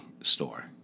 store